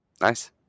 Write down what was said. Nice